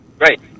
Right